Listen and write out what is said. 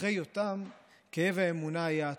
אחרי יותם כאב האמונה היה עצום: